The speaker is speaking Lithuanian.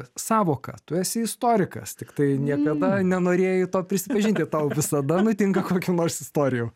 sąvoką tu esi istorikas tiktai niekada nenorėjai to prisipažinti tau visada nutinka kokių nors istorijų